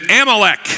Amalek